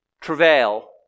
Travail